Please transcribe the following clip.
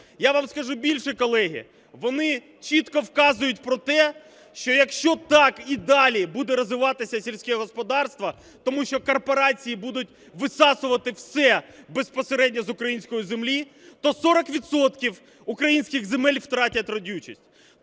Я вам скажу більше, колеги, вони чітко вказують про те, що якщо так і далі буде розвиватися сільське господарство, тому що корпорації будуть висасувати все безпосередньо з української землі, то 40 відсотків українських земель втрать родючість.